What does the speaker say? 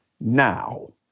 now